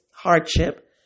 hardship